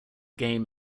game